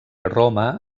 roma